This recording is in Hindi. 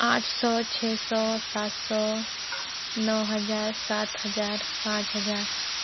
आठ सौ छः सौ सात सौ नौ हज़ार सात हज़ार पांच हज़ार